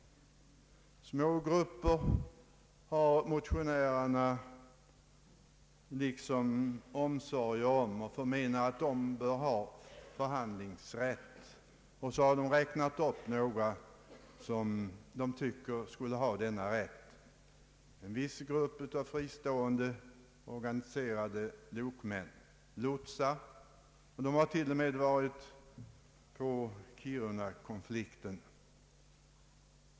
Motionärerna hyser omsorger om många små grupper som de anser bör ha förhandlingsrätt. Bland dem som de har räknat upp finns lotsar och en viss grupp av fristående organiserade lokmän. De har till och med berört Kirunakonflikten.